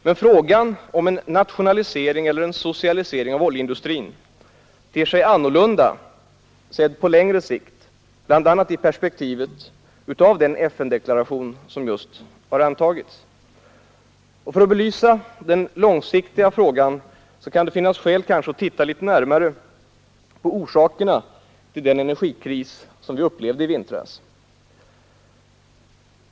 Men frågan om en nationalisering eller socialisering av oljeindustrin ter sig annorlunda sedd på längre sikt, bl.a. i perspektivet utav den FN-deklaration som just har antagits. För att belysa den långsiktiga frågan kan det finnas skäl att litet närmare titta på orsakerna till den oljekris som vi upplevde i vintras.